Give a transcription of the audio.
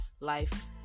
life